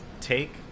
take